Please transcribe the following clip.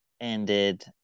ended